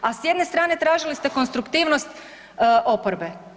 A s jedne strane tražili ste konstruktivnost oporbe.